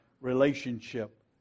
relationship